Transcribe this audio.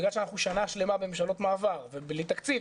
בגלל שאנחנו שנה שלמה בממשלות מעבר ובלי תקציב,